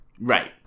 Right